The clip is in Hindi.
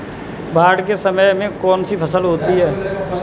बाढ़ के समय में कौन सी फसल होती है?